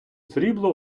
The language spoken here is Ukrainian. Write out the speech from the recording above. срібло